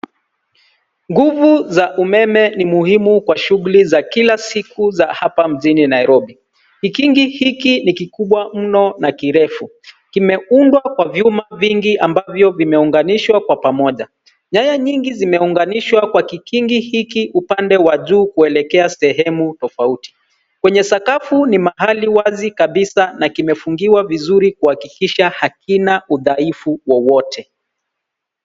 Nguvu za umeme ni muhimu kwa shughuli za kila siku za hapa mjini Nairobi Kingi hiki ni kikubwa mno na kirefu. Kimeundwa kwa vyuma vingi ambavyo vimeunganishwa kwa pamoja. Nyaya nyingi zimeunganishwa kwa kingi hiki upande wa juu kuelekea sehemu tofauti. Kwenye sakafu ni mahali wazi kabisa na kimefungiwa vizuri kuhakikisha hakina udhaifu wowote.